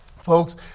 Folks